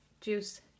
juice